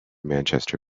manchester